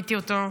ליוויתי אותו,